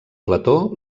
plató